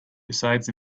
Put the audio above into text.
besides